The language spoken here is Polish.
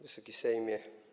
Wysoki Sejmie!